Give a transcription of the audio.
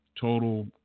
total